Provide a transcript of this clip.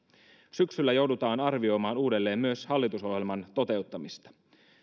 syksyllä joudutaan arvioimaan uudelleen myös hallitusohjelman toteuttamista